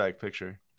picture